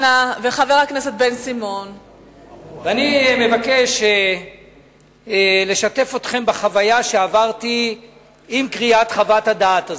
ואני מבקש לשתף אתכם בחוויה שעברתי עם קריאת חוות הדעת הזאת.